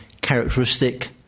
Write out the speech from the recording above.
characteristic